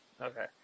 Okay